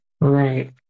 Right